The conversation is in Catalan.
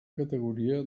categoria